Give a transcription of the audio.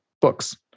Books